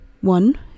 one